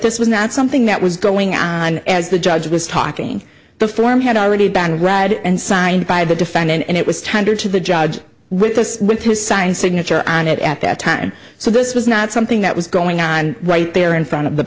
this was not something that was going on as the judge was talking the form had already been read and signed by the defendant and it was tendered to the judge with this with his signed signature on it at that time so this was not something that was going on right there in front of the